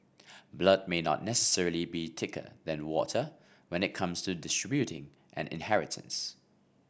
blood may not necessarily be thicker than water when it comes to distributing an inheritance